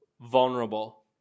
vulnerable